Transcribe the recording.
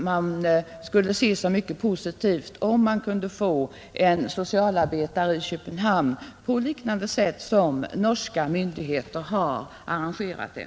Man skulle se det som mycket positivt om man kunde få en socialarbetare i Köpenhamn på samma sätt som de norska myndigheterna har arrangerat det.